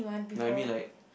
no I mean like